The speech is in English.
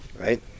Right